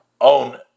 own